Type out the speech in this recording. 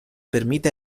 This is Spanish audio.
permite